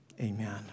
Amen